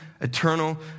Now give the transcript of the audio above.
eternal